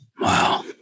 Wow